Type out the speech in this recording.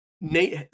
Nate